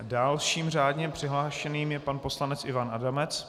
Dalším řádně přihlášeným je pan poslanec Ivan Adamec.